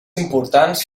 importants